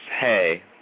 hey